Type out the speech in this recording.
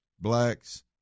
blacks